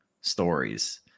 stories